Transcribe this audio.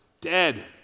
Dead